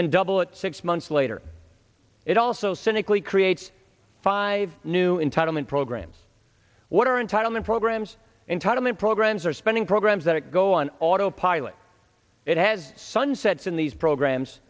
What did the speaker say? then double it six months later it also cynically creates five new entitlement programs what are entitlement programs entitlement programs or spending programs that go on autopilot it has sunsets in these programs